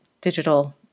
digital